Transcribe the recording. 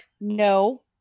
no